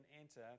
enter